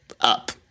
up